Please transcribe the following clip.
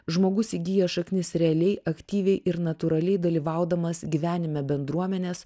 žmogus įgyja šaknis realiai aktyviai ir natūraliai dalyvaudamas gyvenime bendruomenės